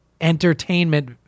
entertainment